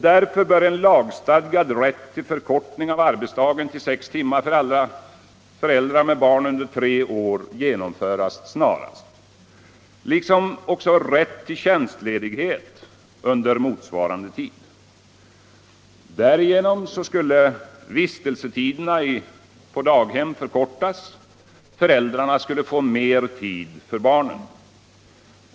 Därför bör en lagstadgad rätt till förkortning av arbetsdagen till sex timmar för alla föräldrar med barn under tre år genomföras snarast, liksom rätt till tjänstledighet under motsvarande tid. Därigenom skulle vistelsetiderna på daghem förkortas och föräldrarna skulle få mer tid för barnen.